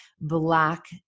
Black